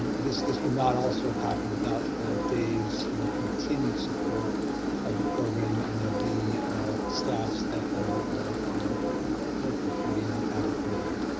this this would not also have happened without dave's you know continued support of the program and of the staffs that that are are working through the ah avid program.